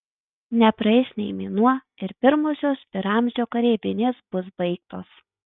nepraeis nė mėnuo ir pirmosios pi ramzio kareivinės bus baigtos